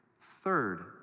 third